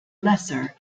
lesser